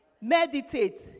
meditate